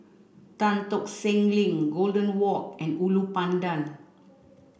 Tan Tock Seng Link Golden Walk and Ulu Pandan